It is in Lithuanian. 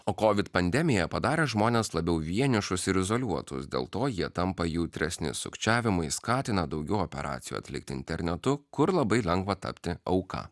o kovid pandemija padarė žmones labiau vienišus ir izoliuotuz dėl to jie tampa jautresni sukčiavimui skatina daugiau operacijų atlikti internetu kur labai lengva tapti auka